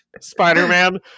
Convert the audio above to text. Spider-Man